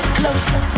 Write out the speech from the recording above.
closer